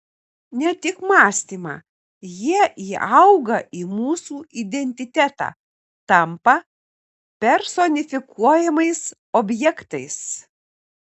ne tik mąstymą jie įauga į mūsų identitetą tampa personifikuojamais objektais